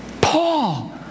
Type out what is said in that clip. Paul